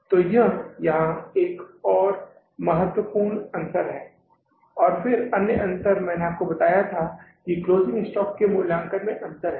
तो यह यहाँ एक और महत्वपूर्ण अंतर है और फिर अन्य अंतर मैंने आपको बताया था कि क्लोजिंग स्टॉक के मूल्यांकन में अंतर है